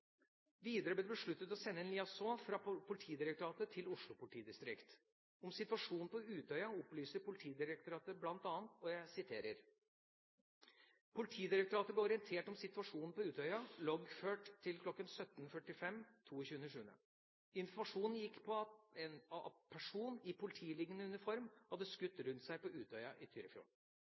Videre ble det besluttet å sende liaison fra Politidirektoratet til Oslo politidistrikt. Om situasjonen på Utøya opplyser Politidirektoratet bl.a. – og jeg siterer: «POD ble orientert om situasjonen på Utøya, loggført til kl. 1745 22.7. Informasjonen gikk på at person i politilignende uniform hadde skutt rundt seg på Utøya i Tyrifjorden.